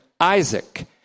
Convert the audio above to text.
Isaac